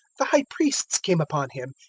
the high priests came upon him,